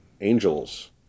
angels